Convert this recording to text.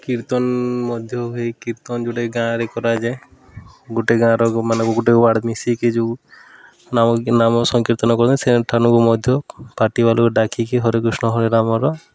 କୀର୍ତ୍ତନ ମଧ୍ୟ ହୁଏ କୀର୍ତ୍ତନ ଯେଉଁଟାକି ଗାଁରେ କରାଯାଏ ଗୋଟେ ଗାଁର ମାନଙ୍କୁ ଗୋଟେ ୱାର୍ଡ଼ ମିଶିକି ଯେଉଁ ନାମ ସଂକୀର୍ତ୍ତନ କରନ୍ତି ସେଠାନକୁ ମଧ୍ୟ ପାର୍ଟିବାଲାକୁ ଡାକିକି ହରିକୃଷ୍ଣ ହରିରାମର